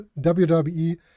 WWE